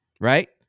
Right